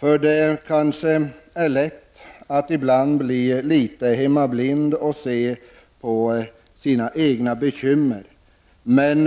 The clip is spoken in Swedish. Det är kanske lätt att ibland bli hemmablind och bara se till de egna bekymren.